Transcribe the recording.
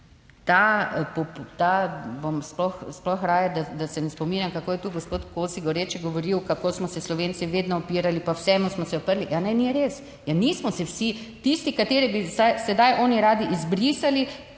da se sploh ne spominjam, kako je tu gospod Kosi goreče govoril, kako smo se Slovenci vedno upirali, pa vsemu smo se uprli. Ne, ni res. Ja, nismo se vsi tisti, ki bi jih zdaj oni radi izbrisali